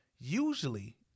Usually